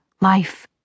life